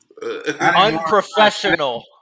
Unprofessional